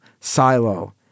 silo